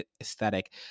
aesthetic